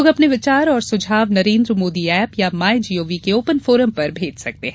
लोग अपने विचार और सुझाव नरेन्द्र मोदी ऐप या माई जीओवी के ओपन फोरम पर भेज सकते हैं